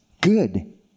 good